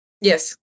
Yes